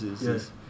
Yes